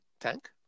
Tank